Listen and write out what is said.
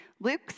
Luke